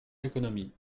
l’économie